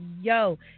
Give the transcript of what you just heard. yo